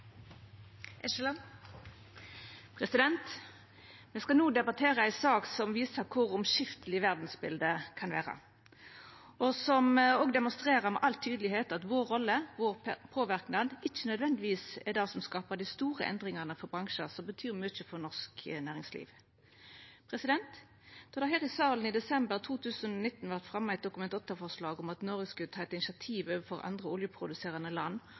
Me skal no debattera ei sak som viser kor omskifteleg verdsbiletet kan vera, og som òg med all tydelegheit demonstrerer at vår rolle, vår påverknad, ikkje nødvendigvis er det som skapar dei store endringane for bransjar som betyr mykje for norsk næringsliv. Då det her i salen i desember 2019 vart fremja eit Dokument 8-forslag om at Noreg skulle ta eit initiativ overfor andre oljeproduserande land om å